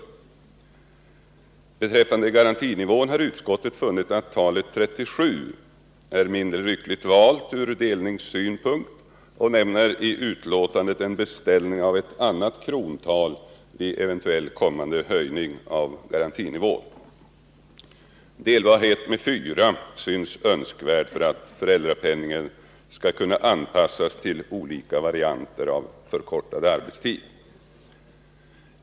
Vad beträffar garantinivån har utskottet funnit talet 37 som mindre lyckligt valt ur delningssynpunkt och nämner i betänkandet en beställning av ett annat krontal vid eventuell kommande höjning av garantinivån. Delbarhet med fyra synes önskvärd för att föräldrapenningen skall kunna anpassas till olika varianter av förkortad arbetstid.